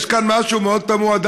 יש כאן משהו מאוד תמוה,